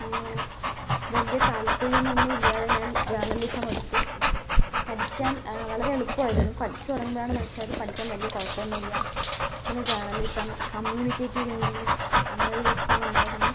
അങ്ങനെ വലിയ താൽപ്പര്യമൊന്നും ഇല്ലാതെ ഞാൻ ജേർണലിസം എടുത്തു പഠിക്കാൻ വളരെ എളുപ്പായിരുന്നു പഠിച്ചു തുടങ്ങുമ്പോഴാണ് മനസിലായത് പഠിക്കാൻ വലിയ കുഴപ്പമൊന്നും ഇല്ല പിന്നെ ജേണലിസം കമ്മ്യൂണിക്കേറ്റീവ് ഇംഗ്ലീഷ് അങ്ങനെയൊരു വിഷയമുണ്ടായിരുന്നു